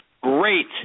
great